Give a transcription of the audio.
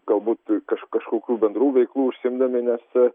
galbūt kaž kažkokių bendrų veiklų užsiimdami nes